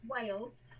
Wales